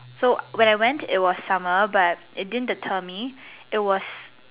so when I went it was summer but it didn't deter me it was